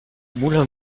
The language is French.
moulin